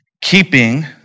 keeping